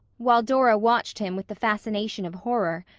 while dora watched him with the fascination of horror,